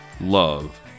love